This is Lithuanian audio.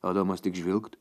adomas tik žvilgt